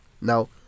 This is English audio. now